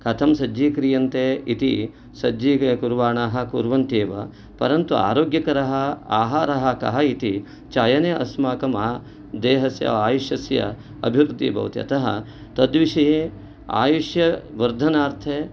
कथं सज्जीक्रियन्ते इति सज्जि कुर्वाणाः कुर्वन्त्येव परन्तु आरोग्यकरः आहारः कः इति चयने अस्माकम् देहस्य आयुष्यस्य अभिवृद्धिः भवति अतः तद्विषये आयुष्यवर्धनार्थे